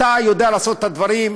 אתה יודע לעשות את הדברים,